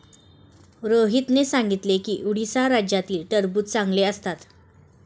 रोहितने सांगितले की उडीसा राज्यातील टरबूज चांगले असतात